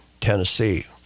Tennessee